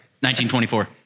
1924